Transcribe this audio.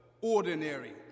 ordinary